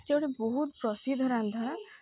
ସେ ଗୋଟେ ବହୁତ ପ୍ରସିଦ୍ଧ ରାନ୍ଧଣା